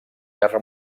guerra